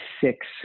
six